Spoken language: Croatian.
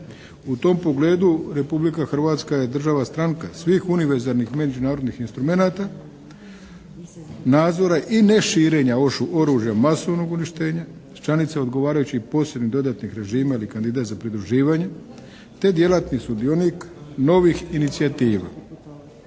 U tom pogledu Republika Hrvatska je država, stranka svih univerzalnih i međunarodnih instrumenata, nadzora i neširenja oružja masovnog uništenja. Članice odgovarajućih posebnih dodatnih režima ili kandidat za pridruživanje te djelatni sudionik novih inicijativa.